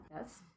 Yes